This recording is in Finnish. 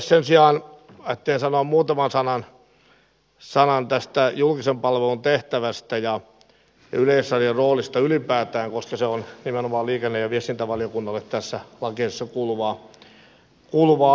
sen sijaan ajattelin sanoa muutaman sanan tästä julkisen palvelun tehtävästä ja yleisradion roolista ylipäätään koska se on nimenomaan liikenne ja viestintävaliokunnalle tässä lakiesityksessä kuuluvaa asiaa